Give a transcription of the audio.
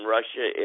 Russia